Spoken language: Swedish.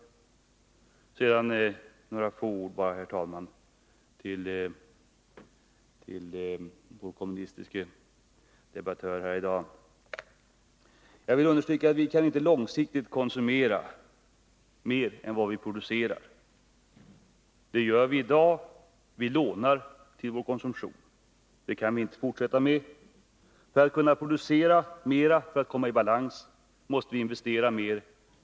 Sedan några ord, herr talman, till vår kommunistiske debattör. Jag vill understryka att vi inte långsiktigt kan konsumera mer än vi producerar. Det gör viidag. Vilånar till vår konsumtion. Det kan vi inte fortsätta med. För att kunna producera mer och komma i balans måste vi investera mer.